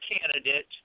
candidate